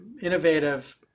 innovative